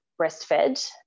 breastfed